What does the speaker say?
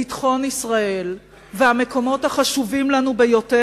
ביטחון ישראל והמקומות החשובים לנו ביותר,